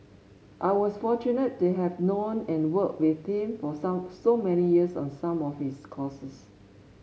I was fortunate to have known and worked with him for some so many years on some of his causes